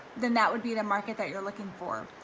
then that would be the market that you're looking for.